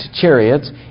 chariots